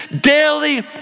daily